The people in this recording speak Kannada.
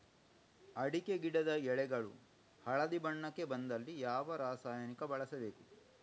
ಅಡಿಕೆ ಗಿಡದ ಎಳೆಗಳು ಹಳದಿ ಬಣ್ಣಕ್ಕೆ ಬಂದಲ್ಲಿ ಯಾವ ರಾಸಾಯನಿಕ ಬಳಸಬೇಕು?